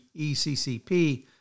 ECCP